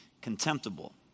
contemptible